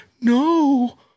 No